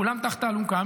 כולם תחת האלונקה,